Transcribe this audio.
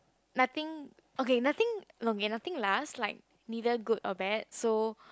nothing okay nothing okay nothing last like neither good or bad so